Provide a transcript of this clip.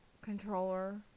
controller